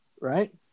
right